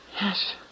Yes